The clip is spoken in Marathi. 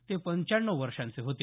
ते पंचाण्णव वर्षांचे होते